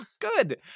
Good